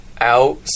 out